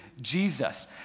Jesus